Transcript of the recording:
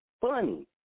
funny